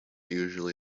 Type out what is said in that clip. usually